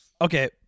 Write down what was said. Okay